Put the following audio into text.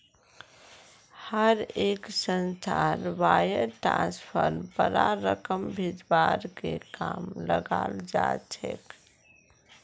हर एक संस्थात वायर ट्रांस्फरक बडा रकम भेजवार के कामत लगाल जा छेक